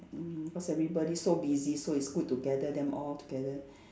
mm cause everybody so busy so it's good to gather them all together